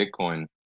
Bitcoin